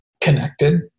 connected